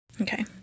Okay